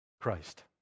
Christ